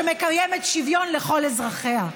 שמקיימת שוויון לכל אזרחיה,